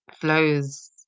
flows